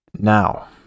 Now